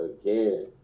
again